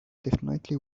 definitely